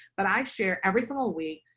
but i share every single week.